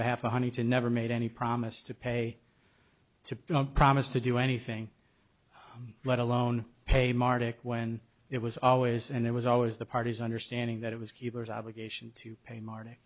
behalf of money to never made any promise to pay to promise to do anything let alone pay martic when it was always and it was always the party's understanding that it was keepers obligation to pay mar